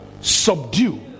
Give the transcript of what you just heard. Subdue